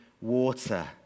water